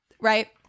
Right